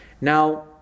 Now